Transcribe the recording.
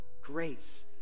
grace